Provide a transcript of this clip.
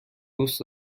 دوست